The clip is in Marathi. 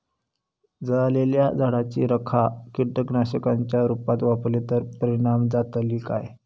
जळालेल्या झाडाची रखा कीटकनाशकांच्या रुपात वापरली तर परिणाम जातली काय?